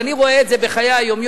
אבל אני רואה את זה בחיי היום-יום: